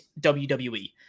WWE